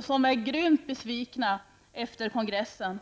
De är grymt besvikna efter kongressen.